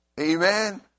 Amen